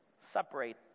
separate